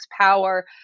power